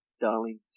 darling